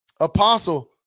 apostle